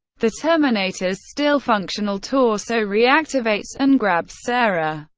the terminator's still functional torso reactivates and grabs sarah.